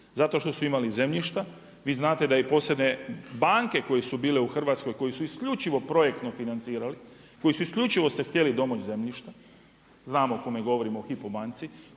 zato što su imali zemljišta. Vi znate da i … banke koje su bile u Hrvatskoj koje su isključivo projektno financirali, koji isključivo su htjeli domoć zemljišta, znamo o kome govorimo o HYPO banci,